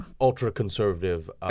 ultra-conservative